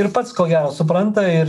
ir pats ko gero supranta ir